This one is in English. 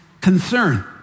concern